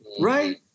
right